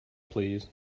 please